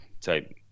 type